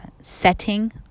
setting